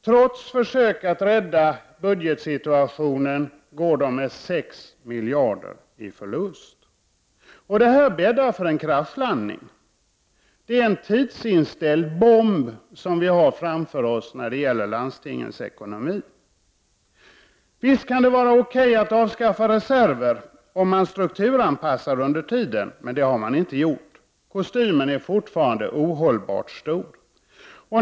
Trots försök att rädda budgetsituationen går landstingen med 6 miljarder kronor i förlust. Det bäddar för en kraschlandning. Det är en tidsinställd bomb som vi har framför oss när det gäller landstingens ekonomi. Visst kan det vara okej att avskaffa reserver om man strukturanpassar under tiden, men det har man inte gjort. Kostymen är fortfarande ohållbart stor.